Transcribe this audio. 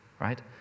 right